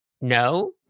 no